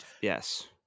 Yes